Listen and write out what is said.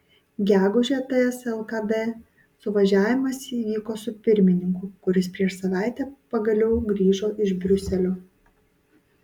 gegužę ts lkd suvažiavimas įvyko su pirmininku kuris prieš savaitę pagaliau grįžo iš briuselio